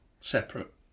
Separate